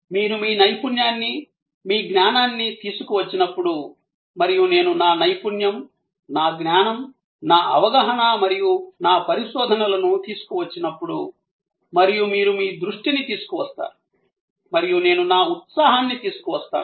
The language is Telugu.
మీరు మీ నైపుణ్యాన్ని మీ జ్ఞానాన్ని తీసుకువచ్చినప్పుడు మరియు నేను నా నైపుణ్యం నా జ్ఞానం నా అవగాహన మరియు నా పరిశోధనలను తీసుకువచ్చినప్పుడు మరియు మీరు మీ దృష్టిని తీసుకువస్తారు మరియు నేను నా ఉత్సాహాన్ని తీసుకువస్తాను